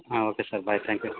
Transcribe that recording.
ಹಾಂ okay sir bye thank you